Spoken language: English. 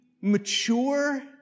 mature